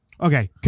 Okay